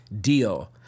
deal